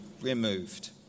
removed